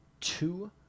two